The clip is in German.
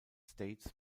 states